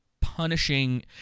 punishing